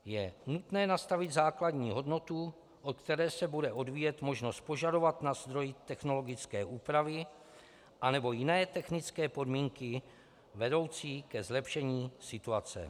Je nutné nastavit základní hodnotu, od které se bude odvíjet možnost požadovat na zdroji technologické úpravy anebo jiné technické podmínky vedoucí ke zlepšení situace.